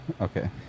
Okay